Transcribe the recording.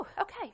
okay